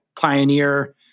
pioneer